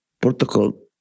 protocol